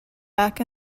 back